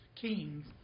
kings